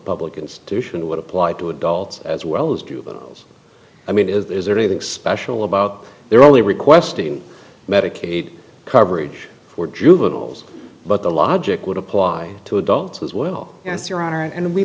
public institution would apply to adults as well as juveniles i mean is there anything special about their only requesting medicaid coverage for juveniles but the logic would apply to adults as well as your honor and we